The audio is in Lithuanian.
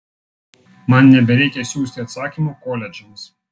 man nebereikia siųsti atsakymų koledžams